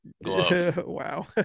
Wow